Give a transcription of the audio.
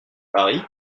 paris